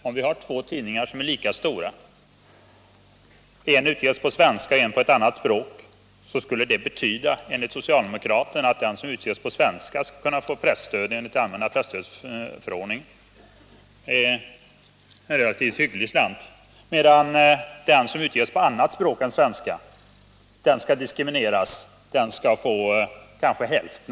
Om två tidningar är lika stora och en utges på svenska och en på ett annat språk, så skulle det betyda, enligt socialdemokraterna, att den som utges på svenska skall kunna få presstöd enligt allmänna presstödsförordningen — en relativt hygglig slant — medan den som utges på annat språk än svenska skall diskrimineras och få kanske hälften.